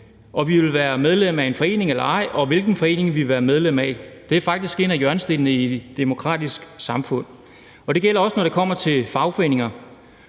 om vi vil være medlem af en forening eller ej, og hvilken forening vi vil være medlem af. Det er faktisk en af hjørnestenene i et demokratisk samfund, og det gælder også, når det kommer til fagforeninger.